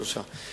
שלושה חודשים.